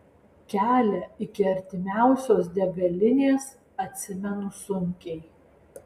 kelią iki artimiausios degalinės atsimenu sunkiai